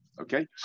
Okay